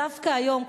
דווקא היום,